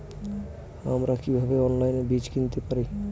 আমরা কীভাবে অনলাইনে বীজ কিনতে পারি?